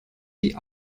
die